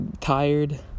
tired